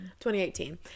2018